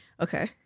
Okay